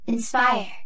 Inspire